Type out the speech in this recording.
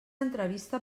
entrevista